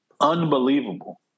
Unbelievable